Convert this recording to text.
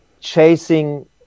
chasing